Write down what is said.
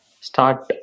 start